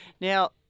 Now